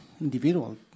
individual